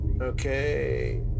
Okay